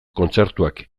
kontzertuak